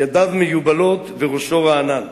ידיו מיובלות וראשו רענן.